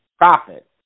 profit